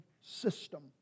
system